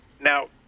Now